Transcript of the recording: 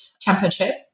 Championship